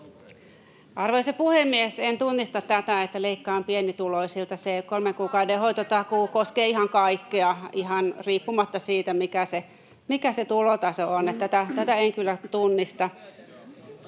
Arvoisa puhemies! En tunnista tätä, että leikataan pienituloisilta. [Veronika Honkasalon välihuuto] Se kolmen kuukauden hoitotakuu koskee ihan kaikkia, ihan riippumatta siitä, mikä se tulotaso on, niin että tätä en kyllä tunnista.